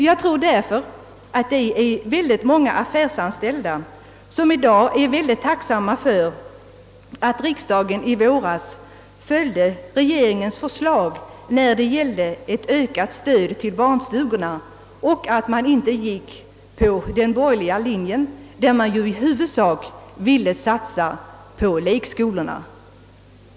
Jag tror därför att det är många affärsanställda som är mycket tacksamma för att riksdagen i våras biföll regeringens förslag att ge ett ökat stöd till barnstugorna och inte följde den borgerliga linjen, som gick ut på att man i huvudsak skulle satsa på lekskolorna.